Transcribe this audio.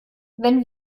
wenn